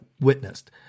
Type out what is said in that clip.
witnessed